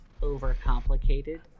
overcomplicated